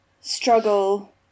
struggle